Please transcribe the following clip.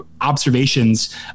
observations